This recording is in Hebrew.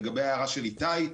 לגבי ההערה של איתי,